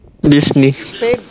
Disney